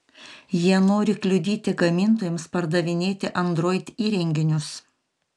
jie nori kliudyti gamintojams pardavinėti android įrenginius